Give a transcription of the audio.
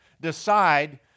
decide